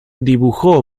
dibujó